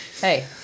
Hey